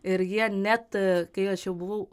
ir jie net kai aš jau buvau